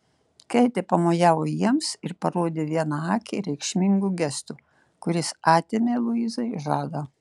keitė pamojavo jiems ir parodė vieną akį reikšmingu gestu kuris atėmė luizai žadą